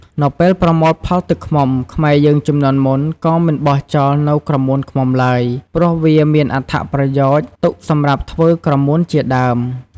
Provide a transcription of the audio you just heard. នៅពេលប្រមូលផលទឹកឃ្មុំ ខ្មែរយើងជំនាន់មុនក៏មិនបោះចោលនូវក្រមួនឃ្មុំឡើយ ព្រោះវាមានអត្ថប្រយោជន៍ទុកសម្រាប់ធ្វើក្រមួនជាដើម។